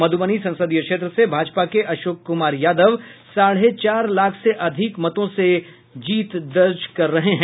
मधुबनी संसदीय क्षेत्र से भाजपा के अशोक कुमार यादव साढ़े चार लाख से अधिक मतों से जीत दर्ज कर रहे हैं